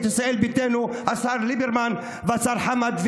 ישראל ביתנו השר ליברמן והשר חמד עמאר,